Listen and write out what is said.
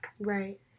right